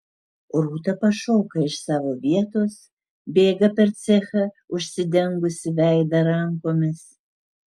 rūta pašoka iš savo vietos bėga per cechą užsidengusi veidą rankomis